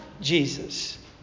Jesus